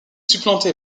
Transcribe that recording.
supplanté